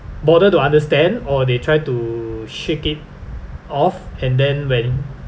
bother to understand or they try to shake it off and then when